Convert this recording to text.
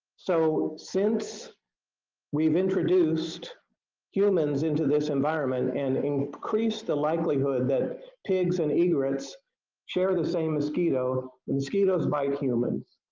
so since we've introduced humans into this environment and we've increased the likelihood that pigs and egrets share the same mosquitoes, the mosquitoes bite humans.